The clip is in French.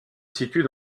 situe